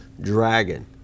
dragon